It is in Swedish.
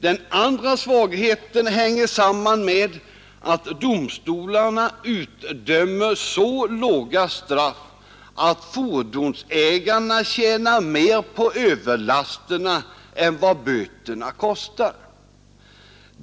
Den andra svagheten hänger samman med att domstolarna utdömer så låga straff att fordonsägarna tjänar mera på överlasterna än vad böterna kostar.